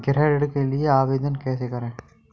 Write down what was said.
गृह ऋण के लिए आवेदन कैसे करें?